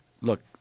look